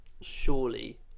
surely